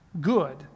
Good